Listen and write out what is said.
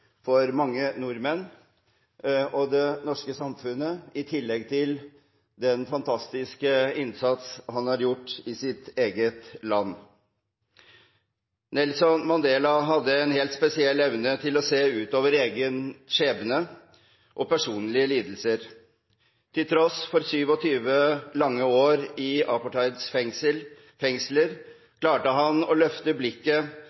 for mange nordmenn og det norske samfunnet, i tillegg til den fantastiske innsats han har gjort i sitt eget land. Nelson Mandela hadde en helt spesiell evne til å se utover egen skjebne og personlige lidelser. Til tross for 27 lange år i apartheidregimets fengsler, klarte han å løfte blikket